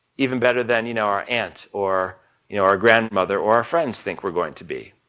even better than, you know, our aunt, or you know, our grandmother or our friends think we're going to be.